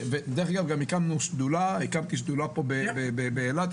הקמתי גם שדולה באילת,